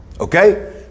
okay